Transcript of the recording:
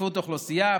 צפיפות אוכלוסייה,